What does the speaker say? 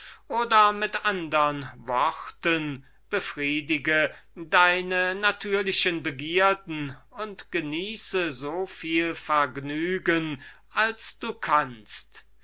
oder mit andern worten befriedige deine natürliche begierden und genieße so viel vergnügen als du kannst